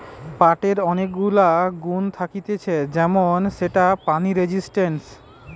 পাটের অনেক গুলা গুণা থাকতিছে যেমন সেটা পানি রেসিস্টেন্ট